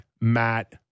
Matt